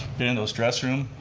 been in those dress room,